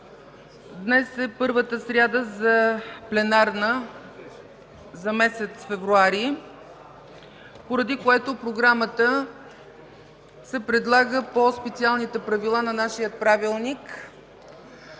днес е първата пленарна сряда за месец февруари, поради което програмата се предлага по специалните правила на нашия Правилник.